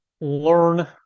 learn